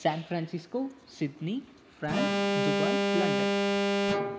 San Francisco Sydney France Dubai London